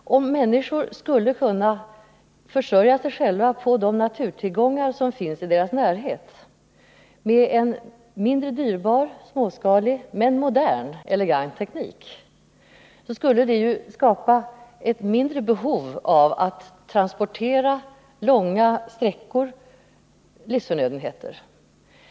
Om människor skulle kunna försörja sig själva på de naturtillgångar som Nr 36 finns i deras närhet med en mindre dyrbar, småskalig men modern och Fredagen den elegant teknik, skulle det skapa ett mindre behov av att transportera 23 november 1979 livsförnödenheter långa sträckor.